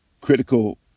critical